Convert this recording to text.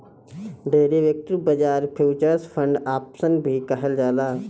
derivative बाजार futures and option भी कहल जाला